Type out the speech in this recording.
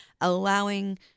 allowing